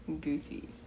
goofy